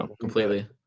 completely